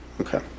Okay